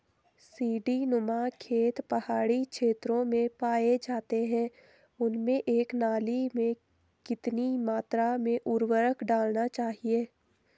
सीड़ी नुमा खेत पहाड़ी क्षेत्रों में पाए जाते हैं उनमें एक नाली में कितनी मात्रा में उर्वरक डालना चाहिए?